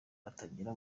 batagira